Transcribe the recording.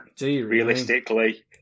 realistically